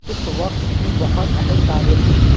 اس وقت کی بہت اہم تاریخی